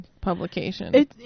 publication